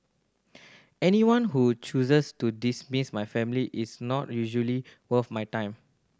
anyone who chooses to dismiss my family is not usually worth my time